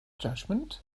judgment